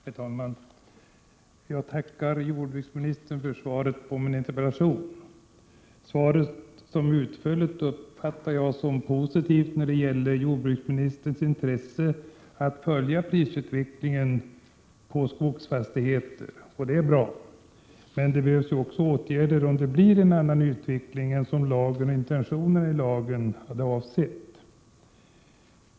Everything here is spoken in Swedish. Herr talman! Jag tackar jordbruksministern för svaret på min interpellation. Svaret är utförligt, och jag uppfattar det som positivt när det gäller jordbruksministerns intresse av att följa utvecklingen av priserna på skogsfastigheter. Det är bra. Men det behövs också åtgärder om det blir en annan utveckling än den lagstiftaren hade avsett.